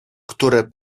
które